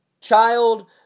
child